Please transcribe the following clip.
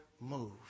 move